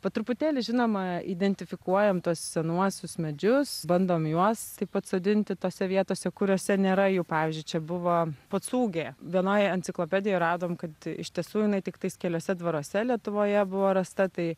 po truputėlį žinoma identifikuojam tuos senuosius medžius bandom juos taip atsodinti tose vietose kuriose nėra jų pavyzdžiui čia buvo pocūgė vienoj enciklopedijoj radom kad iš tiesų jinai tiktais keliuose dvaruose lietuvoje buvo rasta tai